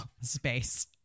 space